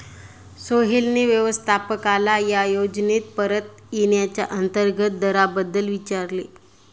सोहेलने व्यवस्थापकाला या योजनेत परत येण्याच्या अंतर्गत दराबद्दल विचारले